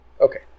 Okay